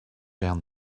down